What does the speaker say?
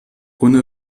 ohne